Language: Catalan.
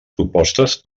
propostes